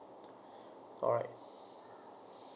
alright